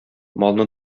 малны